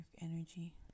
energy